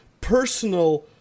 personal